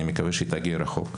אני מקווה שהיא תגיע רחוק.